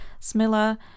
Smilla